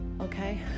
okay